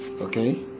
Okay